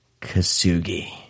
Kasugi